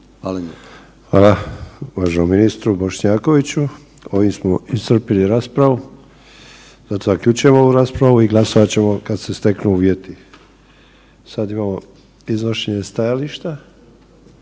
Hvala uvaženom ministru Bošnjakoviću. Ovim smo iscrpili raspravu, zato zaključujem ovu raspravu i glasovat ćemo kad se steknu uvjeti. **Jandroković, Gordan